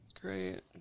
Great